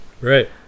Right